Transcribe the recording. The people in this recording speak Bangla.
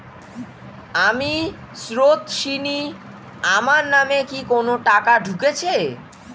আমি স্রোতস্বিনী, আমার নামে কি কোনো টাকা ঢুকেছে?